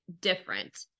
different